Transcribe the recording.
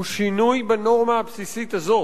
הוא שינוי בנורמה הבסיסית הזאת,